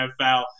NFL